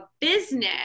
business